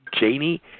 Janie